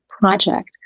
project